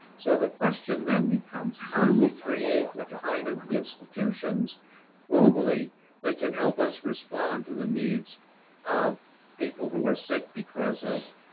so, the question then becomes how do we create the kind of institutions globally that can help us respond to the needs of people who are sick because of